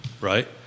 right